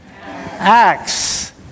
Acts